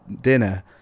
dinner